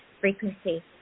frequency